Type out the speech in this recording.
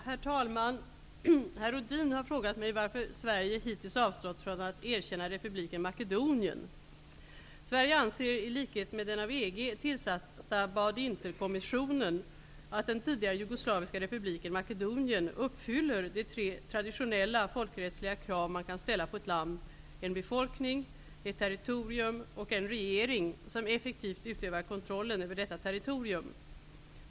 Herr talman! Herr Rohdin har frågat mig varför Sverige hittills har avstått från att erkänna republiken Makedonien. Sverige anser, i likhet med den av EG tillsatta Badinter-kommissionen, att den tidigare jugoslaviska republiken Makedonien uppfyller de tre traditionella folkrättsliga krav som man kan ställa på ett land: en befolkning, ett territorium och en regering som effektivt utövar kontrollen över detta territorium.